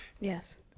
yes